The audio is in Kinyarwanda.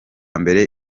mbere